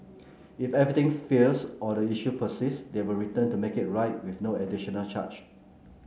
if anything fails or the issue persists they will return to make it right with no additional charge